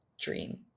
dream